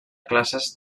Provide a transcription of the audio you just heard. classes